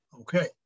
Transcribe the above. Okay